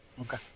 Okay